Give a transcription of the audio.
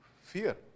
fear